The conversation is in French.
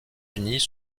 unis